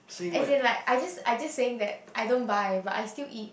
as in like I just I just saying that I don't buy but I still eat